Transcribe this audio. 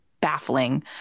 baffling